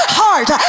heart